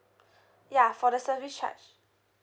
ya for the service charge